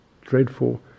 dreadful